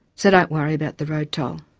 so don't worry about the road toll.